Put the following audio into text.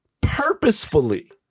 purposefully